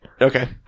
Okay